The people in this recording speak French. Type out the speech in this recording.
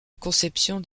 conception